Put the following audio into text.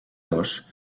dos